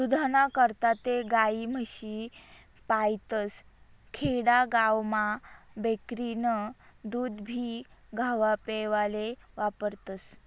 दूधना करता ते गायी, म्हशी पायतस, खेडा गावमा बकरीनं दूधभी खावापेवाले वापरतस